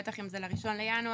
בטח אם זה לראשון בינואר,